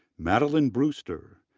madilyn brewster,